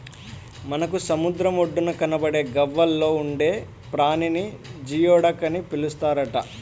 మనకు సముద్రం ఒడ్డున కనబడే గవ్వల్లో ఉండే ప్రాణిని జియోడక్ అని పిలుస్తారట